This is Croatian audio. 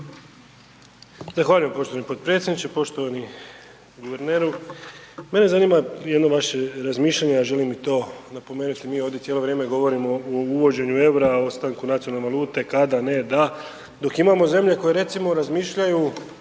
Zahvaljujem poštovani potpredsjedniče. Poštovani guverneru, mene zanima jedno vaše razmišljanje, a želim i to napomenuti. Mi ovdje cijelo vrijeme govorimo o uvoženju EUR-a, ostanku nacionalne valute, kada, ne, da, dok imamo zemlje koje recimo razmišljaju,